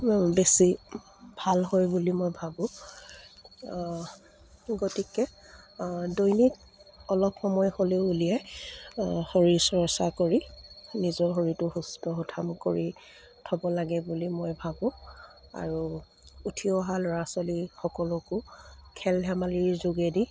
বেছি ভাল হয় বুলি মই ভাবো অ গতিকে অ দৈনিক অলপ সময় হ'লেও উলিয়াই অ শৰীৰ চৰ্চা কৰি নিজৰ শৰীৰটো সুস্থ সুঠাম কৰি থ'ব লাগে বুলি মই ভাবো আৰু উঠি অহা ল'ৰা ছোৱালীসকলকো খেল ধেমালিৰ যোগেদি